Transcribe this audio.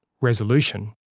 resolution